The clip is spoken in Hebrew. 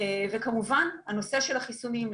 וכמובן הנושא של החיסונים.